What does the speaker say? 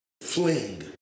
fling